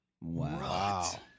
Wow